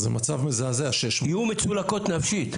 זה מצב מזעזע, 600. יהיו מצולקות נפשית.